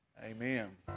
amen